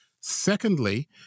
Secondly